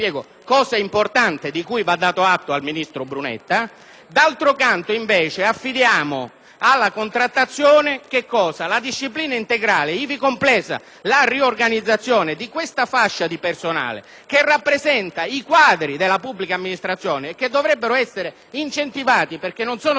D'altro canto, affidiamo invece alla contrattazione la disciplina integrale, ivi compresa la riorganizzazione, di questa fascia di personale rappresentata dai quadri della pubblica amministrazione, che dovrebbero essere incentivati, perché non sono soggetti a *spoil* *system* e dovrebbero garantire il principio di imparzialità